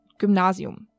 Gymnasium